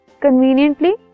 conveniently